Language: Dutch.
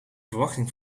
verwachting